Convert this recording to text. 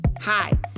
Hi